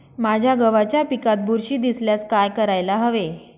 माझ्या गव्हाच्या पिकात बुरशी दिसल्यास काय करायला हवे?